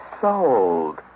Sold